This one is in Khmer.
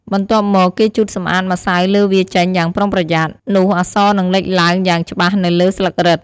បន្ទាប់មក គេជូតសម្អាតម្សៅលើវាចេញយ៉ាងប្រុងប្រយ័ត្ន នោះអក្សរនឹងលេចឡើងយ៉ាងច្បាស់នៅលើស្លឹករឹត។